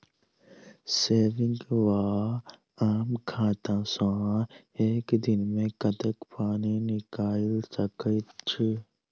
Saving वा आम खाता सँ एक दिनमे कतेक पानि निकाइल सकैत छी?